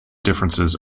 differences